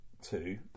two